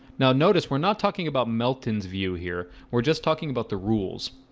now notice we're not talking about melton's view here we're just talking about the rules